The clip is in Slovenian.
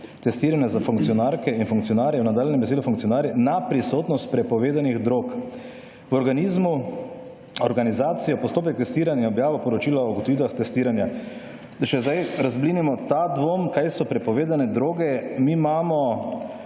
testiranja za funkcionarke in funkcionarje, v nadaljnjem besedilu funkcionarje, na prisotnost prepovedanih drog. V organizmu organizacije postopek testiranja je objavil poročilo o ugotovitvah testiranja. Da še zdaj razblinimo ta dvom, kaj so prepovedane droge. Mi imamo